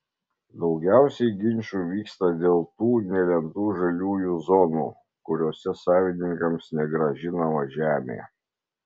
daugiausiai ginčų vyksta dėl tų nelemtų žaliųjų zonų kuriose savininkams negrąžinama žemė